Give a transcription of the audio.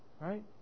right